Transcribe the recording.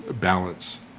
balance